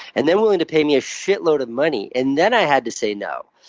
and then willing to pay me a shitload of money. and then i had to say no.